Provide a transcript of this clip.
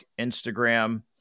Instagram